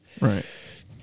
Right